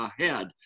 ahead